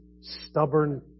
stubborn